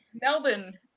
Melbourne